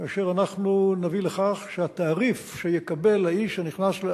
כאשר אנחנו נביא לכך שהתעריף שיקבל האיש הנכנס,